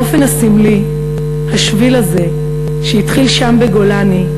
באופן הסמלי, השביל הזה, שהתחיל שם, בגולני,